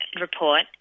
report